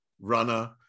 runner